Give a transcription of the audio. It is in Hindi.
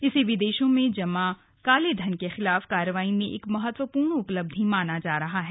इसे विदेशों में जमा कालेधन के खिलाफ कार्रवाई में एक महत्वपूर्ण उपलब्धि माना जा रहा है